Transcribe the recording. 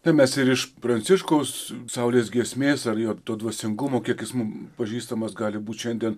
tai mes ir iš pranciškaus saulės giesmės ar jo to dvasingumo kiek jis mum pažįstamas gali būt šiandien